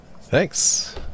thanks